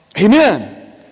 Amen